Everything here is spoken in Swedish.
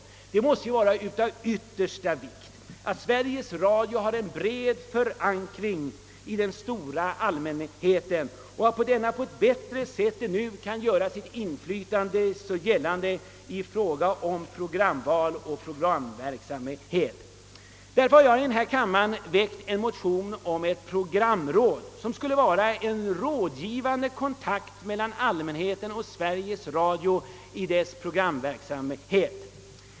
Och ändå måste det vara av yttersta vikt för Sveriges Radio att ha en bred förankring hos allmänheten och att denna allmänhet på ett bättre sätt än nu kan göra sitt inflytande gällande när det gäller programval och programverksamhet. Av den orsaken har jag i denna kammare väckt motion om inrättandet av ett programråd, som skulle fungera som ett rådgivande kontaktorgan mellan allmänheten och Sveriges Radio i dess programverksamhet.